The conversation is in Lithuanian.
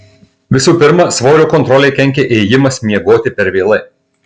visų pirma svorio kontrolei kenkia ėjimas miegoti per vėlai